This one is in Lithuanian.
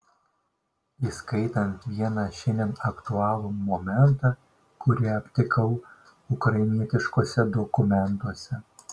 įskaitant vieną šiandien aktualų momentą kurį aptikau ukrainietiškuose dokumentuose